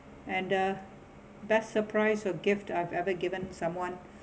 and the best surprise or gift I've ever given someone